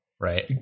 Right